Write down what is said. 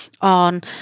on